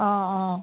অঁ অঁ